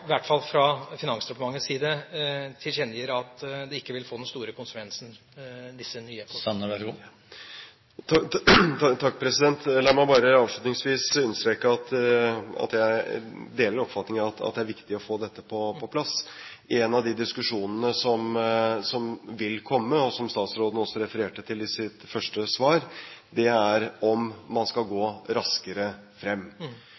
hvert fall fra Finansdepartementets side, tilkjennegir at disse nye reglene ikke vil få noen store konsekvenser. La meg bare avslutningsvis understreke at jeg deler oppfatningen at det er viktig å få dette på plass. En av de diskusjonene som vil komme, og som statsråden også refererte til i sitt første svar, er om man skal gå raskere frem.